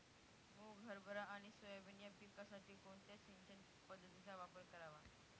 मुग, हरभरा आणि सोयाबीन या पिकासाठी कोणत्या सिंचन पद्धतीचा वापर करावा?